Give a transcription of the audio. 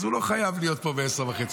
אז הוא לא חייב להיות פה בעשר וחצי.